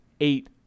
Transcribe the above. eight